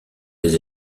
des